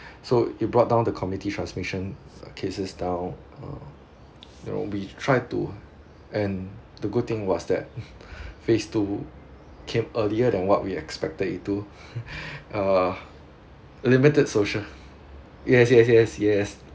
so it brought down the community transmission cases down uh you know we try to end the good thing was that phase two came earlier than what we expected it to uh limited social yes yes yes yes